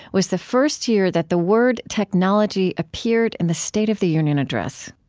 was the first year that the word technology appeared in the state of the union address